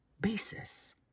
basis